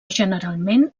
generalment